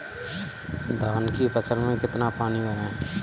धान की फसल में कितना पानी भरें?